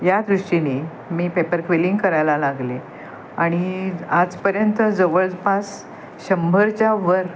या दृष्टीने मी पेपर क्विलिंग करायला लागले आणि आजपर्यंत जवळपास शंभरच्या वर